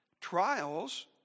Trials